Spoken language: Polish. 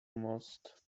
most